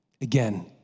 again